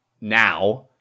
now